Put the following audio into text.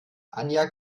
anja